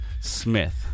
Smith